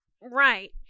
Right